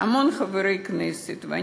המון חברי כנסת על הצטרפות,